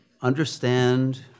understand